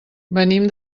venim